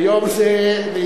ביום זה לצמצם,